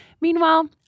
Meanwhile